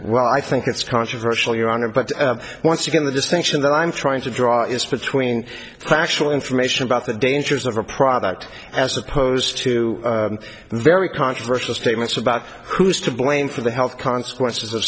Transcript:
well i think it's controversial your honor but once again the distinction that i'm trying to draw is between paschal information about the dangers of a product as opposed to the very controversial statements about who's to blame for the health consequences of